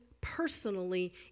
personally